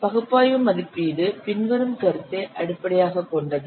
பகுப்பாய்வு மதிப்பீடு பின்வரும் கருத்தை அடிப்படையாகக் கொண்டது